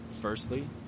Firstly